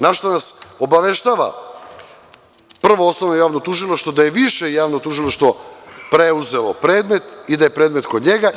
Naročito nas obaveštava Prvo osnovno javno tužilaštvo da je Više javno tužilaštvo preuzelo predmet i da je predmet kod njega.